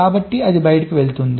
కాబట్టి అది బయటకు వెళ్తుంది